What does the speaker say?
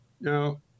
Now